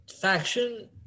faction